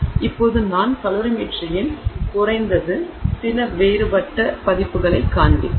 இப்போது நான் கலோரிமீட்டரியின் குறைந்தது சில வேறுபட்ட பதிப்புகளைக் காண்பித்தேன்